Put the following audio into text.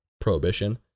Prohibition